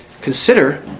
consider